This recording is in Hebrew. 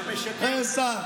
למשהו בעד?